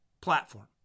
platform